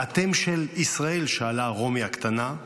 "אתם של ישראל?" שאלה רומי הקטנה,